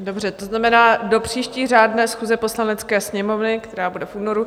Dobře, to znamená do příští řádné schůze Poslanecké sněmovny, která bude v únoru.